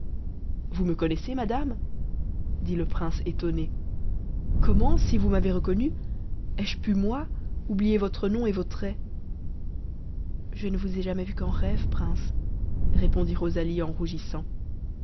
vous me connaissez madame dit le prince étonné comment si vous m'avez reconnu ai-je pu moi oublier votre nom et vos traits je ne vous ai vu qu'en rêve prince répondit rosalie en rougissant